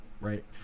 right